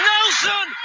Nelson